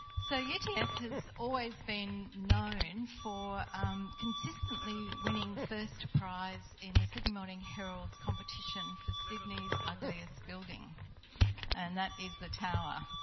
so, uts has always been known for consistently winning first prize in the sydney morning herald's competition for sydney's ugliest building and that is the tower.